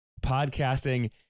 podcasting